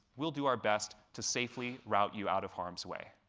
we'll do our best to safely route you out of harm's way.